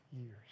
years